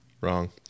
Wrong